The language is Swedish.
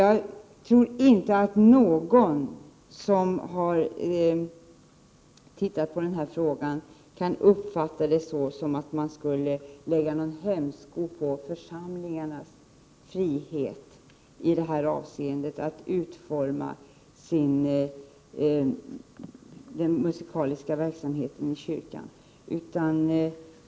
Jag tror inte att någon som har tittat på den här frågan kan uppfatta det så som att man i detta avseende skulle lägga någon hämsko på församlingarnas frihet att utforma den musikaliska verksamheten i kyrkan.